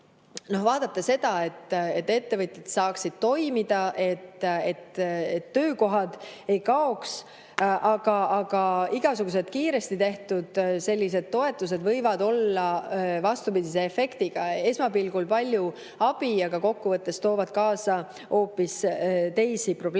vaadata seda, et ettevõtjad saaksid toimida ja töökohad ei kaoks. Aga igasugused sellised kiiresti tehtud toetused võivad olla vastupidise efektiga: esmapilgul palju abi, aga kokkuvõttes toovad kaasa hoopis teisi probleeme.